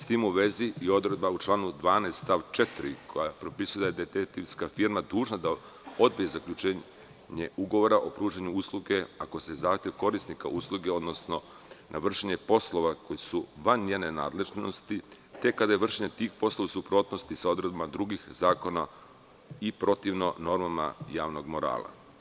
S tim u vezi, i odredba u članu 12. stav 4. koja propisuje da je detektivska firma dužna da odbije zaključenje ugovora o pružanju usluge ako se zahtev korisnika usluge odnosno vršenje poslova koji su van njene nadležnosti, „tek kada je vršenje tih poslova u suprotnosti sa odredbama drugih zakona i protivno normama javnog morala“